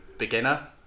Beginner